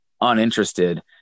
uninterested